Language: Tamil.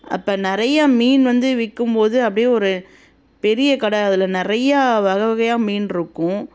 அப்போ நிறையா மீன் வந்து விற்கும்போது அப்படியே ஒரு பெரிய கடை அதில் நிறையா வகை வகையாக மீனிருக்கும்